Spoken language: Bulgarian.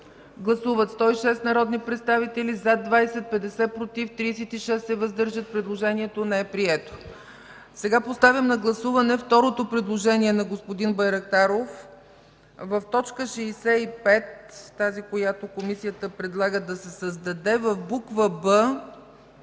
Гласували 106 народни представители: за 20, против 50, въздържали се 36. Предложението не е прието. Поставям на гласуване второто предложение на господин Байрактаров – в т. 65, която Комисията предлага да се създаде, в буква „б”